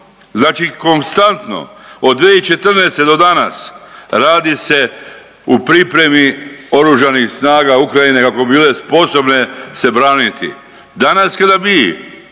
Znači konstantno od 2014. do danas radi se u pripremi oružanih snaga Ukrajine kako bi bile sposobne se braniti. Danas kada mi